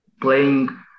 playing